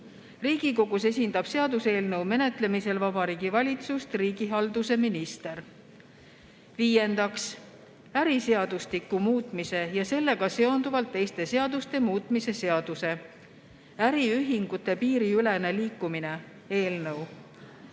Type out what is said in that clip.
Riigikogus esindab seaduseelnõu menetlemisel Vabariigi Valitsust riigihalduse minister. Viiendaks, äriseadustiku muutmise ja sellega seonduvalt teiste seaduste muutmise seaduse (äriühingute piiriülene liikumine) eelnõu.